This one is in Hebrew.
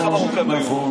אבל זה התקנון.